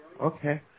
Okay